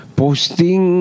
posting